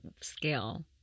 scale